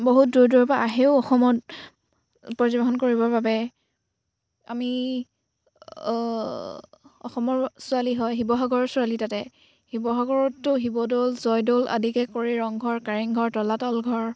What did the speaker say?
বহুত দূৰ দূৰৰ পৰা আহেও অসমত পৰ্যবেক্ষণ কৰিবৰ বাবে আমি অসমৰ ছোৱালী হয় শিৱসাগৰৰ ছোৱালী তাতে শিৱসাগৰততো শিৱদৌল জয়দৌল আদিকে কৰি ৰংঘৰ কাৰেংঘৰ তলাতল ঘৰ